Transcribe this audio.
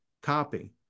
copy